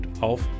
auf